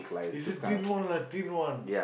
is it thin one lah thin one